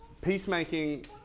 Peacemaking